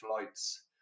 flights